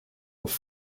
off